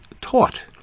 taught